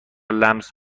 لمس